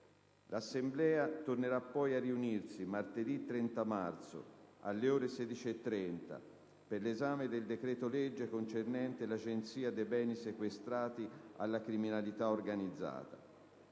L'Assemblea tornerà poi a riunirsi martedì 30 marzo, alle ore 16,30, per l'esame del decreto-legge concernente l'Agenzia dei beni sequestrati alla criminalità organizzata.